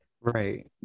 Right